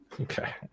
Okay